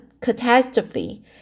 catastrophe